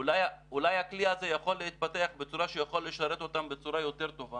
אולי הכלי הזה יכול להתפתח כך שיכול לשרת אותם בצורה יותר טובה.